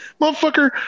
motherfucker